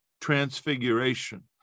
transfiguration